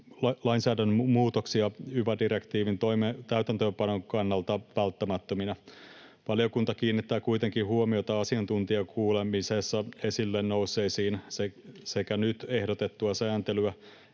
lainsäädännön muutoksia yva-direktiivin täytäntöönpanon kannalta välttämättöminä. Valiokunta kiinnittää kuitenkin huomiota asiantuntijakuulemisessa esille nousseisiin sekä nyt ehdotettua sääntelyä